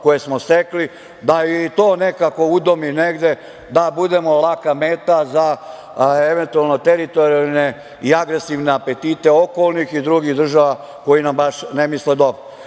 koje smo stekli, da i to nekako udomi negde, da budemo laka meta za eventualne teritorijalne i agresivne apetite okolnih i drugih država koje nam baš ne misle dobro. Dakle,